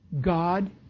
God